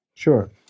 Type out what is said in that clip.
Sure